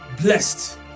blessed